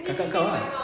kakak kau ah